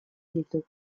ditugu